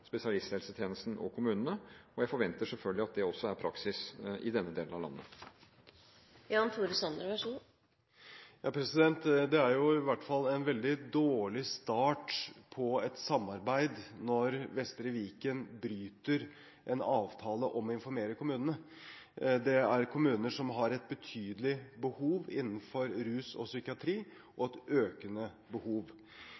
spesialisthelsetjenesten og kommunene. Jeg forventer selvfølgelig at det også er praksis i denne delen av landet. Det er i hvert fall en veldig dårlig start på et samarbeid når Vestre Viken bryter en avtale om å informere kommunene. Dette er kommuner som har et betydelig og økende behov innenfor rus og psykiatri.